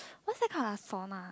what's that called ah sauna